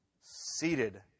seated